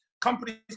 Companies